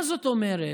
מה זאת אומרת?